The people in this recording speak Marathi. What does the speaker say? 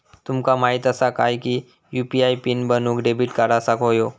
तुमका माहित असा काय की यू.पी.आय पीन बनवूक डेबिट कार्ड असाक व्हयो